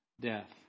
death